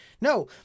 No